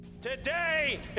Today